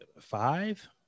five